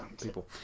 people